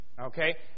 Okay